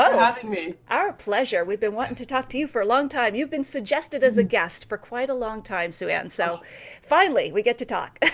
i mean our pleasure, we've been wanting to talk to you for a long time. you've been suggested as a guest for quite a long time, sue-ann so finally, we get to talk.